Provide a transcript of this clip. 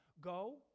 Go